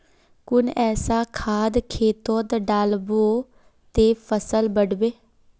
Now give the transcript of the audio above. कुन ऐसा खाद खेतोत डालबो ते फसल बढ़बे?